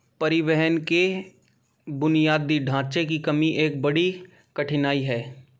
परिवहन के बुनियादी ढाँचे की कमी एक बड़ी कठिनाई है